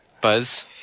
Buzz